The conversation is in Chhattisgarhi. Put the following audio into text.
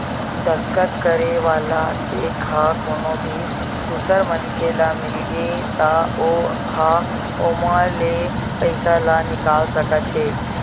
दस्कत करे वाला चेक ह कोनो भी दूसर मनखे ल मिलगे त ओ ह ओमा ले पइसा ल निकाल सकत हे